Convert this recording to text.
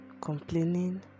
Complaining